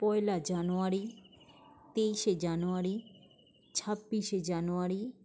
পয়লা জানুয়ারি তেইশে জানুয়ারি ছাব্বিশে জানুয়ারি